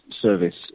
service